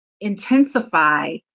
intensify